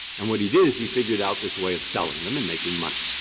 and what he did is he figured out this way of selling them and making money.